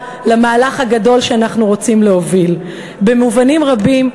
למהלך הגדול שאנחנו רוצים להוביל: במובנים רבים,